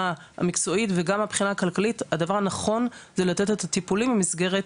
המקצועית וגם מבחינה כלכלית הדבר הנכון זה לתת את הטיפולים במסגרת